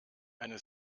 eine